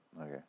Okay